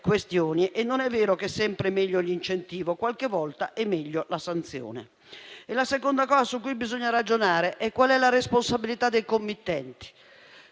E non è vero che è sempre meglio l'incentivo. Qualche volta è meglio la sanzione. Il secondo punto su cui bisogna ragionare è quale sia la responsabilità dei committenti.